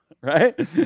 Right